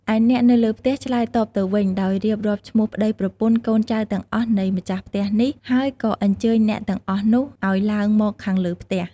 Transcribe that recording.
ឯអ្នកនៅលើផ្ទះឆ្លើយតបទៅវិញ ដោយរៀបរាប់ឈ្មោះប្តីប្រពន្ធ កូនចៅទាំងអស់នៃម្ចាស់ផ្ទះនេះ ហើយក៏អញ្ជើញអ្នកទាំងអស់នោះឲ្យឡើងមកខាងលើផ្ទះ ។